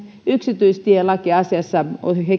yksityistielakiasiassa